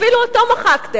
אפילו אותו מחקתם?